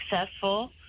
successful